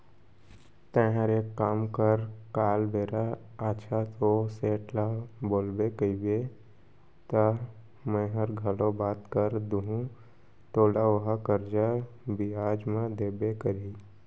तैंहर एक काम कर काल बेरा आछत ओ सेठ ल बोलबे कइबे त मैंहर घलौ बात कर दूहूं तोला ओहा करजा बियाज म देबे करही